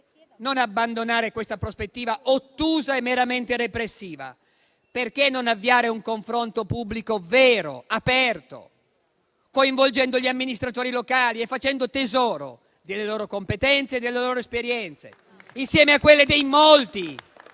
non abbandonare questa prospettiva ottusa e meramente repressiva? Perché non avviare un confronto pubblico vero, aperto, coinvolgendo gli amministratori locali e facendo tesoro delle loro competenze e delle loro esperienze, insieme a quelle dei molti